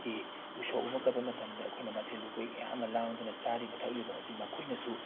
ꯌꯦ ꯎꯁꯣꯞ ꯑꯃ ꯀꯠꯄ ꯃꯇꯝꯗ ꯑꯩꯈꯣꯏꯅ ꯃꯊꯦꯜ ꯂꯨꯀꯣꯏ ꯀꯌꯥ ꯑꯃ ꯂꯥꯡꯗꯅ ꯆꯥꯔꯤꯕ ꯊꯛꯂꯤꯕ ꯑꯁꯤ ꯃꯈꯣꯏꯅꯁꯨ